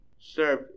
serve